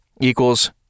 equals